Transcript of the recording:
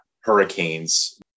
hurricanes